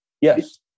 Yes